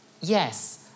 yes